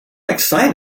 excited